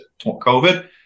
COVID